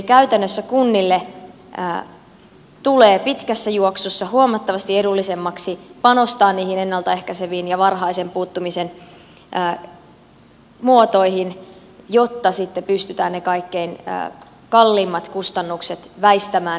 käytännössä kunnille tulee pitkässä juoksussa huomattavasti edullisemmaksi panostaa niihin ennalta ehkäiseviin ja varhaisen puuttumisen muotoihin jotta sitten pystytään ne kaikkein kalleimmat kustannukset väistämään